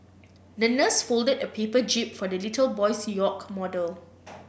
the nurse folded a paper jib for the little boy's yacht model